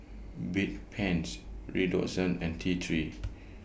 Bedpans Redoxon and T three